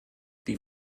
die